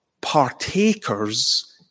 partakers